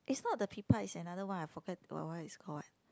is not the pi-pa is another one I forget what what is call what